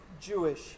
Jewish